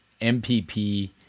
MPP